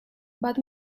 but